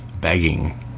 begging